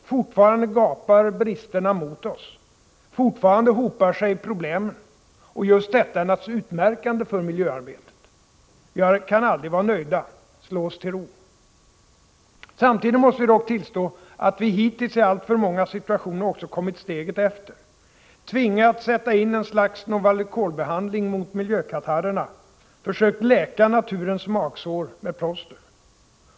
Fortfarande är bristerna uppenbara. Fortfarande hopar sig problemen. Och just detta är naturligtvis utmärkande för miljöarbetet. Vi kan aldrig vara nöjda och slå oss till ro. Samtidigt måste vi dock tillstå att vi hittills i alltför många situationer också kommit steget efter; tvingats sätta in ett slags Novalucolbehandling mot miljökatarrerna, försökt läka naturens magsår med plåster.